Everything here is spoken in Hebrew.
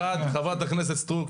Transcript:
חברת הכנסת סטרוק,